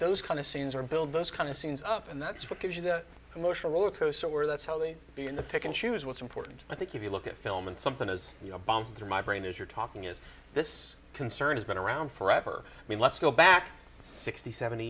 those kind of scenes or build those kind of scenes up and that's what gives you the emotional rollercoaster where that's how they be in the pick and choose what's important i think if you look at film and something as you know bounce through my brain as you're talking is this concern has been around forever i mean let's go back sixty seventy